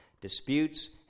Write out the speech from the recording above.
disputes